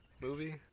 movie